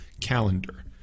calendar